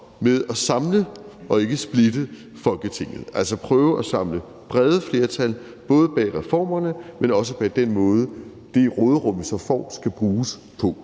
med at samle og ikke splitte Folketinget, altså prøve at samle brede flertal, både bag reformerne, men også bag den måde, det råderum, vi så får, skal bruges på.